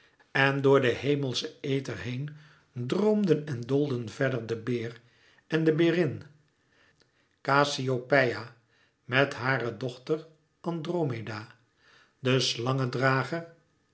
en door den hemelschen ether heen droomden en doolden verder de beer en de berin kasseiopeia met hare dochter andromeda de slangendrager